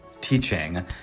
teaching